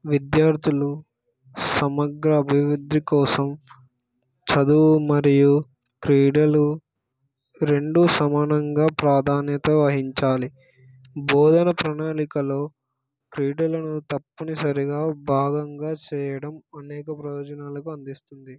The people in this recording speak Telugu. విద్యార్థులు సమగ్ర అభివృద్ధి కోసం చదువు మరియు క్రీడలు రెండిటికి సమానంగా ప్రాధాన్యత వహించాలి బోధన ప్రణాళికలో క్రీడలను తప్పునిసరిగా భాగంగా చేయడం అనేక ప్రయోజనాలను అందిస్తుంది